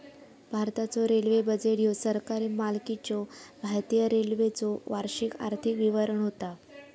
भारताचो railway budget ह्यो सरकारी मालकीच्यो भारतीय रेल्वेचो वार्षिक आर्थिक विवरण होता